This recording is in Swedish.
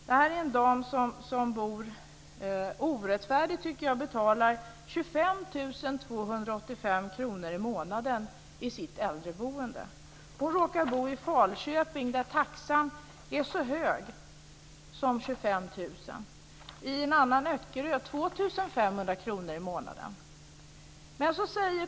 Det här är en dam som, orättfärdigt tycker jag, betalar 25 285 kr i månaden i sitt äldreboende. Hon råkar bo i Falköping där taxan är så hög som 25 000 kr. I en annan kommun, Öckerö, är avgiften 2 500 kr i månaden.